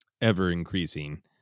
ever-increasing